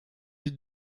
est